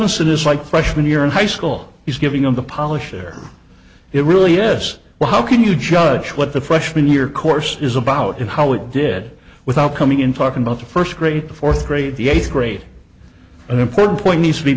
is like freshman year in high school he's giving them the polish air it really is well how can you judge what the freshman year course is about how we did without coming in talking about the first grade the fourth grade the eighth grade an important point needs to be